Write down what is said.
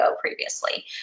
previously